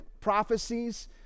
prophecies